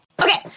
Okay